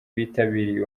bitabiriye